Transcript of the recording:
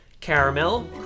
Caramel